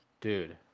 Dude